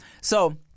So-